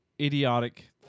idiotic